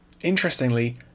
Interestingly